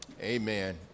Amen